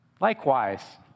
Likewise